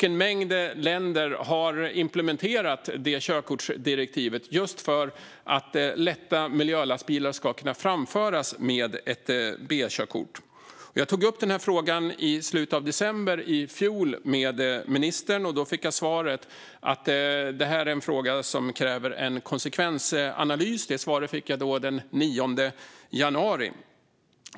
En mängd länder har implementerat detta körkortsdirektiv för att lätta miljölastbilar ska kunna framföras med ett B-körkort. Jag tog upp den här frågan med ministern i slutet av december i fjol och fick då svaret att det här är en fråga som kräver konsekvensanalys. Det svaret fick jag den 9 januari.